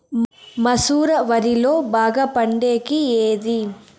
మసూర వరిలో బాగా పండేకి ఏది?